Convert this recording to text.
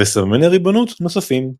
וסממני ריבונות נוספים.